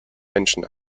menschen